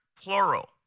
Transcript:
plural